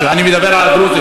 אני מדבר על הדרוזים.